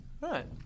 right